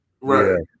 Right